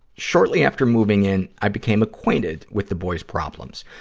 shortly after moving in, i became acquainted with the boy's problems.